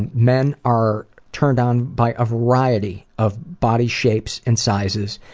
and men are turned on by a variety of body shapes and sizes,